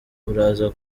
uraza